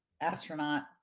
astronaut